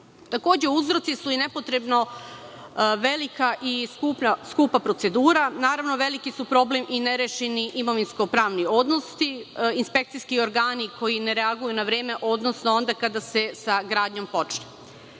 Takođe, uzroci i nepotrebno velika i skupa procedura. Naravno, veliki su problem i nerešeni imovinsko-pravni odnosi, inspekcijski organi koji ne reaguju na vreme, odnosno onda kada se sa gradnjom